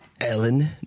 Ellen